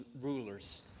rulers